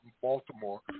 Baltimore